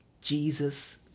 Jesus